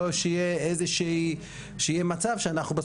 שלא יהיה מצב שבסוף כולנו משלמים על אותו דבר.